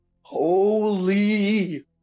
holy